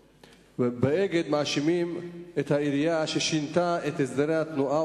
ב"אגד" מאשימים את העירייה על ששינתה את הסדרי התנועה,